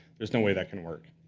there's no way that can work.